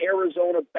Arizona